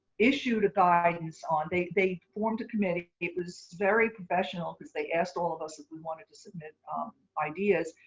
issued a guidance on they they formed a committee it was very professional because they asked all of us we wanted to submit ideas.